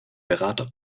berater